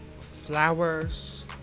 flowers